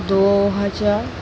दो हज़ार